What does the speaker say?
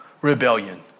rebellion